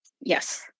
Yes